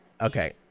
okay